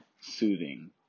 soothing